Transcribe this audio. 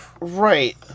Right